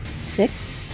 Six